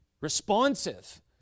Responsive